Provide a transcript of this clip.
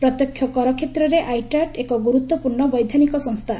ପ୍ରତ୍ୟକ୍ଷ କର କ୍ଷେତ୍ରରେ ଆଇଟିଏଟି ଏକ ଗୁରୁତ୍ୱପୂର୍ଣ୍ଣ ବୈଧାନିକ ସଂସ୍ଥା